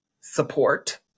support